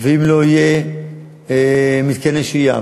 ואם לא יהיו מתקני שהייה,